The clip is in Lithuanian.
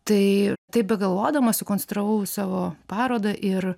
tai taip begalvodamas sukonstravau savo parodą ir